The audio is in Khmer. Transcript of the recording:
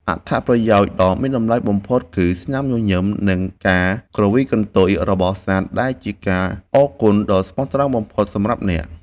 អត្ថប្រយោជន៍ដ៏មានតម្លៃបំផុតគឺ ស្នាមញញឹម និង ការគ្រវីកន្ទុយរបស់សត្វដែលជាការអរគុណដ៏ស្មោះត្រង់បំផុតសម្រាប់អ្នក។